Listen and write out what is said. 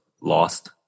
lost